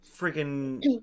freaking